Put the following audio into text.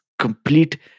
complete